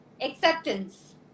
Acceptance